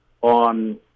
on